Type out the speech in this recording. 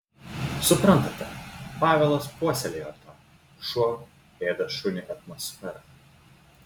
suprantate pavelas puoselėjo tą šuo ėda šunį atmosferą